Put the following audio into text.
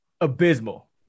abysmal